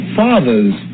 fathers